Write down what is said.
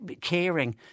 caring